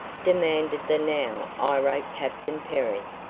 demanded the now irate captain perry,